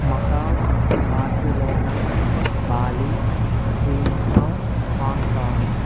Macao Barcelona Bali queens town Hong Kong